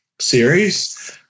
Series